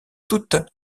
toutes